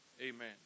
Amen